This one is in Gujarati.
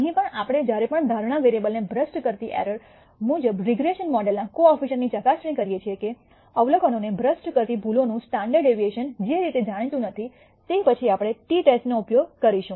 અહીં પણ આપણે જ્યારે પણ ધારણા વેરીઅબલને ભ્રષ્ટ કરતી એરર મુજબ રીગ્રેસન મોડેલના કોઅફિશન્ટ ની ચકાસણી કરીએ છીએ કે અવલોકનોને ભ્રષ્ટ કરતી ભૂલોનું સ્ટાન્ડર્ડ ડેવિએશન જે રીતે જાણીતું નથી તે પછી આપણે t ટેસ્ટનો ઉપયોગ કરીશું